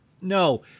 no